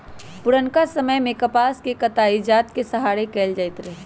पुरनका समय में कपास के कताई हात के सहारे कएल जाइत रहै